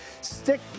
Stick